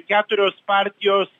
keturios partijos